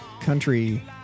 country